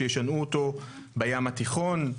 שישנעו אותו בים התיכון,